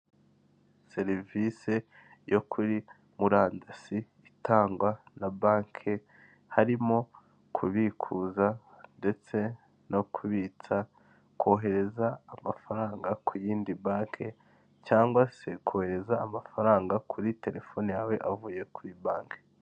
Serivisi yo kuri murandasi itangwa na banki harimo kubikuza ndetse no kubitsa kohereza amafaranga ku yindi banki cyangwa se kohereza amafaranga kuri telefoni yawe avuye kuri banki.